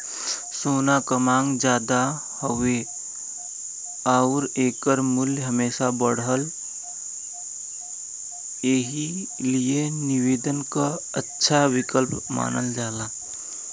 सोना क मांग जादा हउवे आउर एकर मूल्य हमेशा बढ़ला एही लिए निवेश क अच्छा विकल्प मानल जाला